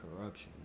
corruption